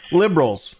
liberals